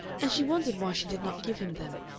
and she wondered why she did not give him them.